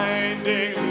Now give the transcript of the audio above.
Finding